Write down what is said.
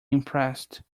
impressed